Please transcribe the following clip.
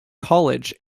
college